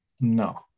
no